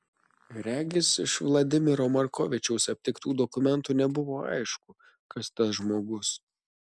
regis iš vladimiro markovičiaus aptiktų dokumentų nebuvo aišku kas tas žmogus